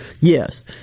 Yes